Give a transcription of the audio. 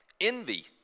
envy